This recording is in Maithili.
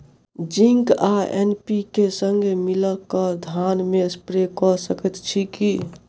जिंक आ एन.पी.के, संगे मिलल कऽ धान मे स्प्रे कऽ सकैत छी की?